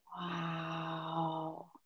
Wow